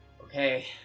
Okay